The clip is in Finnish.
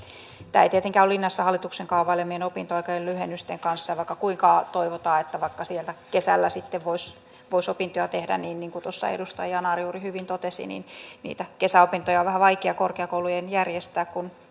tämä ei tietenkään ole linjassa hallituksen kaavailemien opinto oikeuden lyhennysten kanssa ja vaikka kuinka toivotaan että vaikka kesällä sitten voisi voisi opintoja tehdä niin niin kuin edustaja yanar juuri hyvin totesi niitä kesäopintoja on vähän vaikea korkeakoulujen järjestää kun